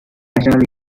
national